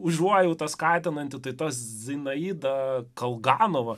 užuojautą skatinanti tai ta zinaida kolganova